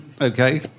okay